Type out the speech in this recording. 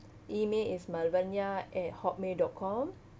E-mail is malvania at Hotmail dot com